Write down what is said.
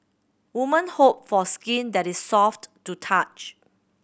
women hope for skin that is soft to touch